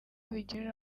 bigirira